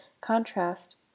contrast